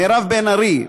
מירב בן ארי,